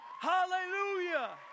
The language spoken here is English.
hallelujah